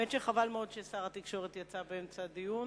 האמת שחבל מאוד ששר התקשורת יצא באמצע הדיון.